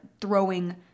throwing